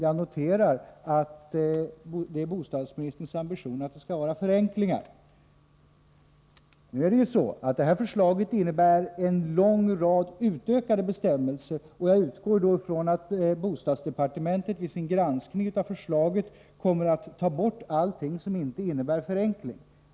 Jag noterar att bostadsministerns ambition är att uppnå förenklingar. Men förslaget innebär en lång rad utökade bestämmelser. Jag utgår från att bostadsdepartementet vid granskningen av förslaget utesluter allt som inte innebär förenklingar.